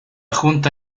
junta